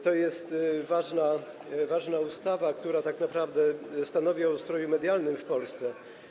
To jest ważna ustawa, która tak naprawdę stanowi o ustroju medialnym w Polsce.